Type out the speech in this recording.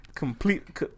Complete